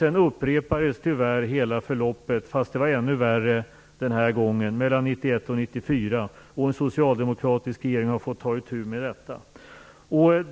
Sedan upprepades tyvärr hela förloppet - fast det den gången blev ännu värre - mellan 1991 och 1994, och en socialdemokratisk regering har fått ta itu med detta.